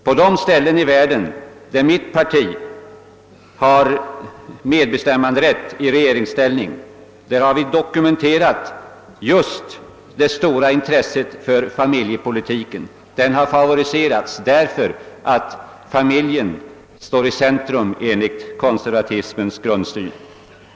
På de ställen i världen där mina meningsfränder har medbestämmanderätt i regeringsställning har de dokumenterat just det stora intresset för familjepolitiken. Den har favoriserats därför att familjen står i centrum enligt konservatismens grundsyn.